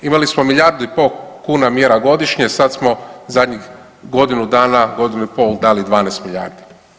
Imali smo milijardu i pol kuna mjera godišnje, sad smo zadnjih godinu dana, godinu i pol dali 12 milijardi.